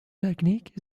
technique